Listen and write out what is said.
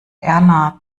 erna